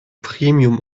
premium